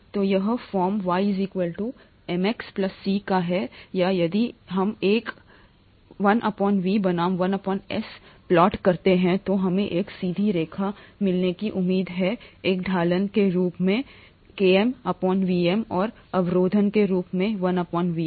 तो यह form y mx c का है या यदि हम 1 V बनाम 1 S प्लॉट करते हैं तो हमें एक सीधी रेखा मिलने की उम्मीद है एक ढलान के रूप में किमी वीएम और अवरोधन के रूप में 1 वीएम